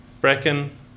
Bracken